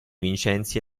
vincenzi